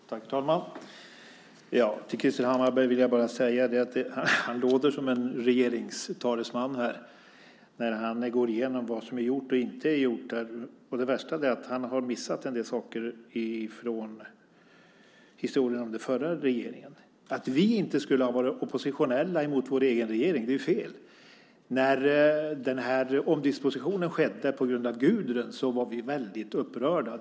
Herr talman! Till Krister Hammarbergh vill jag bara säga att han låter som en regeringstalesman när han går igenom vad som är gjort och vad som inte är gjort. Det värsta är att han har missat en del saker i historien om den förra regeringen. Att vi inte skulle ha varit oppositionella mot vår egen regering är fel! När omdispositionen skedde på grund av Gudrun var vi väldigt upprörda.